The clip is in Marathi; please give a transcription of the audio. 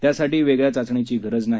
त्यासाठी वेगळ्या चाचणीची गरज नाही